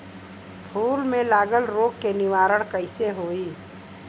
फूल में लागल रोग के निवारण कैसे होयी?